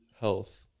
health